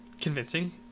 convincing